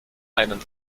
einen